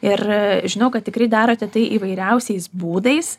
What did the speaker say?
ir žinau kad tikrai darote tai įvairiausiais būdais